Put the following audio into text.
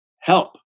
help